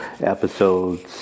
episodes